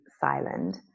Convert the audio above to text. silent